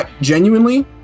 genuinely